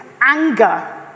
anger